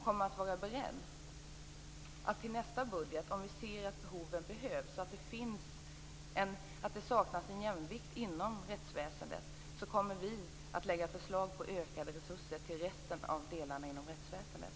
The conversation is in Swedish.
Om vi ser att behoven finns och att det saknas en jämvikt inom rättsväsendet kommer vi att lägga förslag på ökade resurser till resten av rättsväsendet i nästa budget.